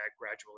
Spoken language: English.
gradually